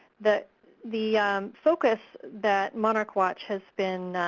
the the focus that monarch watch has been